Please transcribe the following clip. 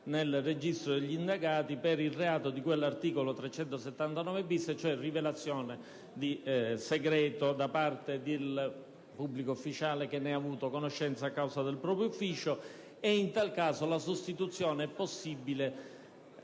nel registro degli indagati per il reato di cui all'articolo 379-*bis*, cioè rivelazione di segreto da parte del pubblico ufficiale che ne ha avuto conoscenza a causa del proprio ufficio. In tal caso, la sostituzione è possibile